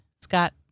Scott